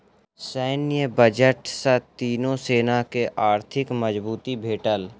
सैन्य बजट सॅ तीनो सेना के आर्थिक मजबूती भेटल